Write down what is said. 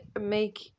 make